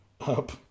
up